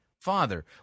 Father